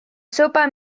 sopa